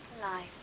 nice